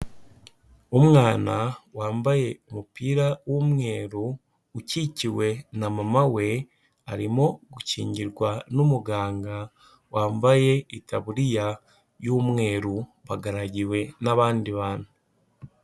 Umwana wambaye umupira w'umweru, ukikiwe na mama we arimo gukingirwa n'umuganga wambaye itaburiya y'umweru, bagaragiwe n'abandi bantu.